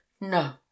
No